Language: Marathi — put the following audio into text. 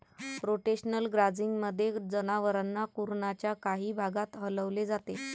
रोटेशनल ग्राझिंगमध्ये, जनावरांना कुरणाच्या काही भागात हलवले जाते